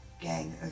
gang